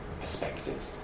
perspectives